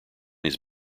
his